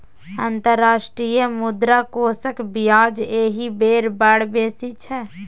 अंतर्राष्ट्रीय मुद्रा कोषक ब्याज एहि बेर बड़ बेसी छै